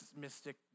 Mystic